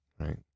right